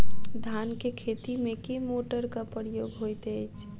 धान केँ खेती मे केँ मोटरक प्रयोग होइत अछि?